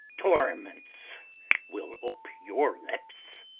torments will ope your lips.